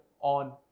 on